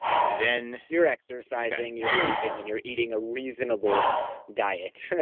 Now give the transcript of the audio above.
then you're exercising, you're sleeping, and you're eating a reasonable diet